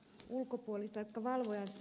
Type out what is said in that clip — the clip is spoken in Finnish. vielä valvojiin